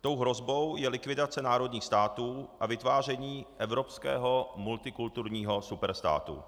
Tou hrozbou je likvidace národních států a vytváření evropského multikulturního superstátu.